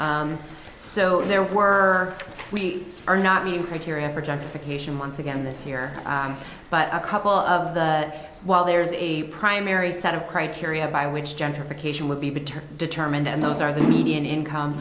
view so there were we are not being criteria for justification once again this year but a couple of while there's a primary set of criteria by which gentrification would be bitter determined and those are the median income